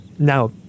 Now